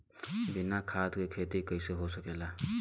बिना खाद के खेती कइसे हो सकेला?